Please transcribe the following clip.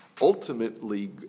Ultimately